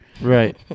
Right